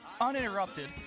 uninterrupted